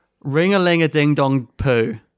Ring-a-ling-a-ding-dong-poo